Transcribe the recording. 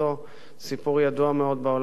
סיפור ידוע מאוד בעולם הרבני.